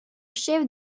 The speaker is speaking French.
chef